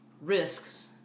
risks